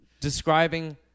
describing